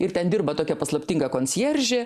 ir ten dirba tokia paslaptinga konsjeržė